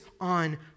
on